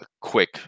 quick